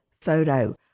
photo